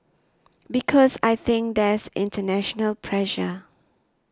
because I think there's international pressure